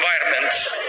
environments